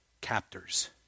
captors